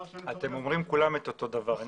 אתם אומרים כולם את אותו הדבר.